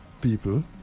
people